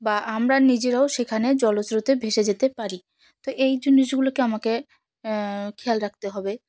বা আমরা নিজেরাও সেখানে জলস্রোতে ভেসে যেতে পারি তো এই জিনিসগুলোকে আমাকে খেয়াল রাখতে হবে